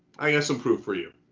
i got some proof for you.